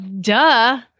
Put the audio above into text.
Duh